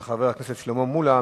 של חבר הכנסת שלמה מולה,